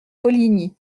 poligny